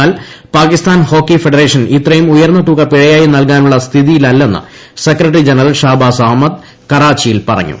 എന്നാൽ Pakistan hockey federation ഇത്രയും ഉയർന്ന തുക പിഴയായി നൽകാനുള്ള സ്ഥിതിയിലല്ലെന്ന് സെക്രട്ടറി ജനറൽ ഷഹബാസ് അഹമ്മദ് കറാച്ചിയിൽ പറഞ്ഞു